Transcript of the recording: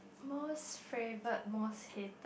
most favourite most hated